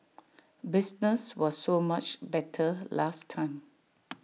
business was so much better last time